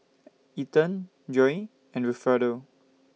Ethen Joye and Wilfredo